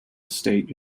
state